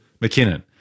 McKinnon